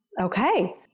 Okay